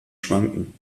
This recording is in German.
schwanken